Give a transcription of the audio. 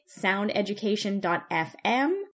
soundeducation.fm